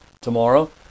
tomorrow